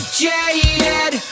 jaded